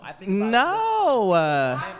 No